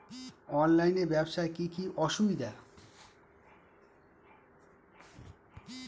অনলাইনে ব্যবসার কি কি অসুবিধা?